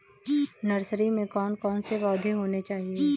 Nursery में कौन कौन से पौधे होने चाहिए?